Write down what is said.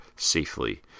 safely